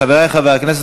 חברי חברי הכנסת,